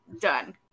done